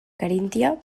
caríntia